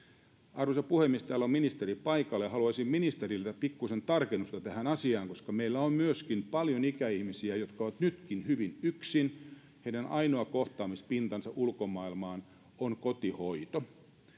arvoisa puhemies täällä on ministeri paikalla ja haluaisin ministeriltä pikkuisen tarkennusta tähän asiaan koska meillä on myöskin paljon ikäihmisiä jotka ovat nytkin hyvin yksin heidän ainoa kohtaamispintansa ulkomaailmaan on kotihoito